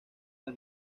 del